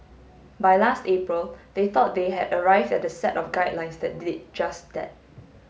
by last April they thought they had arrived at a set of guidelines that did just that